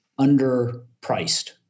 underpriced